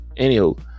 anywho